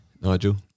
Nigel